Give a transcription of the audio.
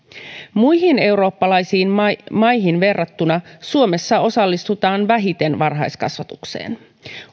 muihin eurooppalaisiin maihin verrattuna suomessa osallistutaan vähiten varhaiskasvatukseen